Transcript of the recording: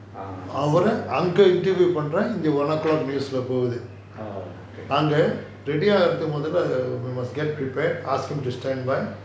ah siva aiyathurai orh okay